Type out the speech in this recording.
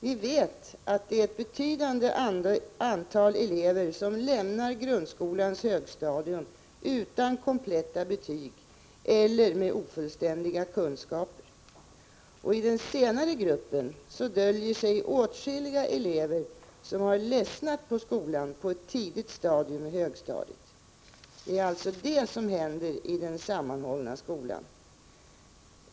Vi vet att ett betydande antal elever lämnar grundskolans högstadium utan kompletta betyg eller med ofullständiga kunskaper. I den senare gruppen döljer sig åtskilliga elever som har ledsnat på skolan redan tidigt i högstadiet. Det är detta som händer i den sammanhållna skolan.